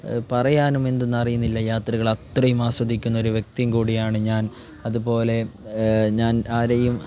പറയാനും എന്തെന്ന് അറിയുന്നില്ല യാത്രകൾ അത്രയും ആസ്വദിക്കുന്ന ഒരു വൃക്തിയും കൂടിയാണ് ഞാൻ അതുപോലെ ഞാൻ ആരെയും